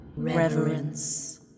reverence